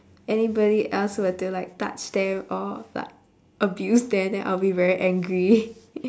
anybody else were to like touch them or like abuse them then I'll be very angry